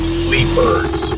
sleepers